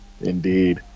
Indeed